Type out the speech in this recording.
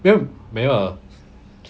没有没有